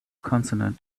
consonant